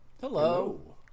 Hello